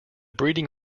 breeding